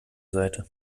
seite